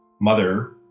mother